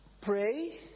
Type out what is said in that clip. pray